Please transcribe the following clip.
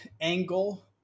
angle